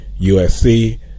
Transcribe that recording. USC